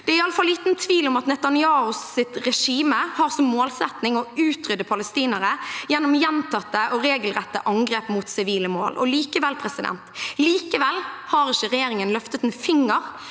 Det er i alle fall liten tvil om at Netanyahus regime har som målsetting å utrydde palestinere gjennom gjentatte og regelrette angrep mot sivile mål. Likevel har ikke regjeringen løftet en finger